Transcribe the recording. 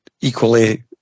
equally